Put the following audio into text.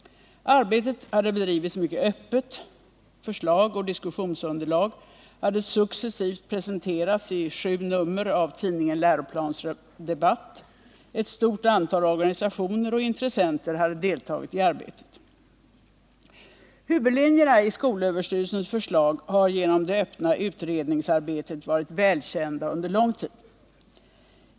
Arbetet hade bedrivits mycket öppet. Förslag och diskussionsunderlag hade successivt presenterats i sju nummer av tidningen Läroplansdebatt. Ett stort antal organisationer och intressenter hade deltagit i arbetet. ningsarbetet varit välkända under lång tid.